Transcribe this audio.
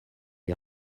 est